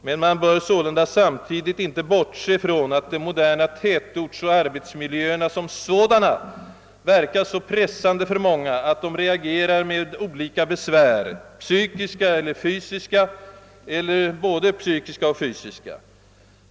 Men man bör sålunda samtidigt inte bortse från att de moderna tätortsoch arbetsmiljöerna som sådana verkar så pressande för många, att de reagerar med olika besvär — psykiska eller fysiska eller både psykiska och fysiska.